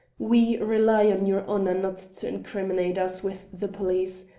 we rely on your honour not to incriminate us with the police.